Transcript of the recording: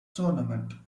tournament